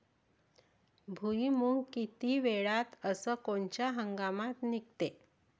भुईमुंग किती वेळात अस कोनच्या हंगामात निगते?